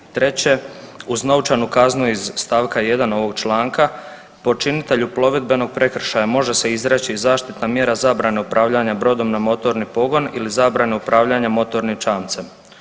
1. Uz novčanu kaznu iz st. 1. ovog članka počinitelju plovidbenog prekršaja može se izreći i zaštitna mjera zabrane upravljanja brodom na motorni pogon ili zabrana upravljanja motornim čamcem.